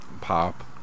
pop